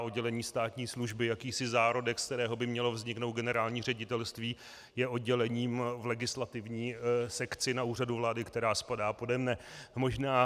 Oddělení státní služby, jakýsi zárodek, z kterého by mělo vzniknout generální ředitelství, je oddělením v legislativní sekci na Úřadu vlády, které spadá pode mne.